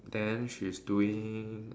then she's doing